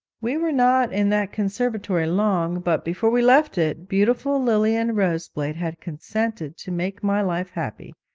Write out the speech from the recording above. we were not in that conservatory long, but, before we left it, beautiful lilian roseblade had consented to make my life happy.